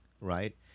Right